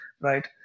right